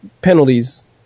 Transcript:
penalties